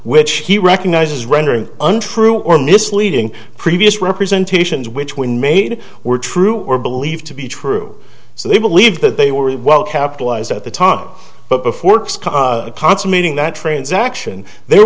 which he recognizes rendering untrue or misleading previous representations which when made were true or believed to be true so they believed that they were well capitalized at the time but before consummating that transaction there